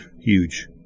Huge